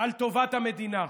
על טובת המדינה.